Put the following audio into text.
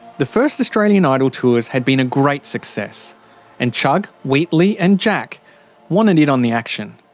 the first australian idol tours had been a great success and chugg, wheatley and jack wanted in on the action.